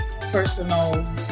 personal